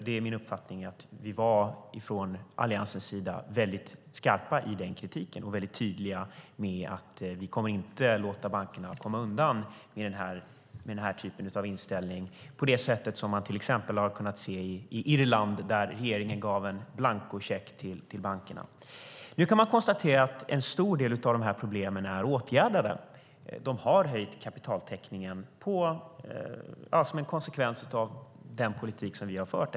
Det är min uppfattning att vi från Alliansens sida var väldigt skarpa i den kritiken och väldigt tydliga med att vi inte kommer att låta bankerna komma undan med den här typen av inställning på det sätt som man till exempel har kunnat se i Irland, där regeringen gav en blankocheck till bankerna. Nu kan man konstatera att en stor del av problemen är åtgärdade. De har höjt kapitaltäckningen som en konsekvens av den politik som vi har fört.